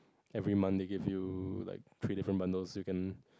every month they give you like three different bundles you can